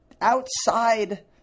Outside